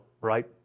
right